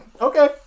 Okay